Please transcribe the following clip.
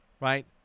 right